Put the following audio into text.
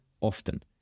often